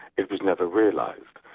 it was never realised.